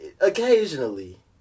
occasionally